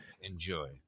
Enjoy